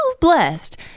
blessed